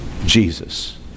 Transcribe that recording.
Jesus